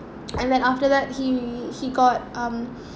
and then after that he he got um